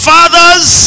Father's